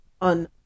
on